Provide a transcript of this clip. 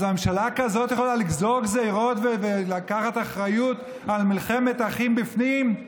אז ממשלה כזאת יכולה לגזור גזרות ולקחת אחריות על מלחמת אחים בפנים?